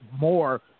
more